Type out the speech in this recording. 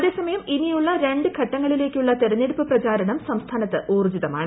അതേസമയം ഇനിയുള്ള രണ്ട് ഘട്ടങ്ങളിലേക്കുള്ള തെരഞ്ഞെടുപ്പ് പ്രചാരണം സംസ്ഥാനത്ത് ഊർജ്ജിതമാണ്